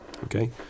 Okay